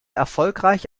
erfolgreich